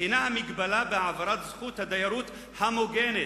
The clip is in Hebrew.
הינה המגבלה בהעברת זכות הדיירות המוגנת.